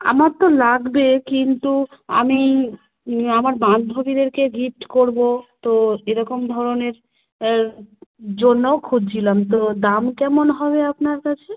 আমার তো লাগবে কিন্তু আমি আমার বান্ধবীদেরকে গিফট করবো তো এরকম ধরণের জন্যও খুঁজছিলাম তো দাম কেমন হবে আপনার কাছে